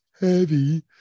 heavy